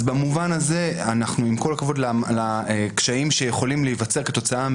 אז במובן הזה אנחנו עם כל הכבוד לקשיים שיכולים להיווצר כתוצאה,